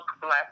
black